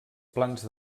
plans